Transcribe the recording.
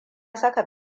saka